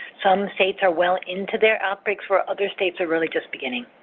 some states are well into their outbreaks where other states are really just beginning.